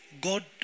God